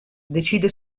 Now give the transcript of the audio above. decide